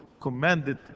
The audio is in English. commanded